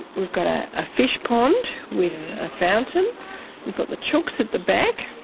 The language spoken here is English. we've got ah a fish pond with a fountain we've got the chooks at the back.